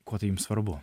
kuo tai jums svarbu